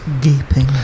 gaping